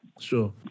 Sure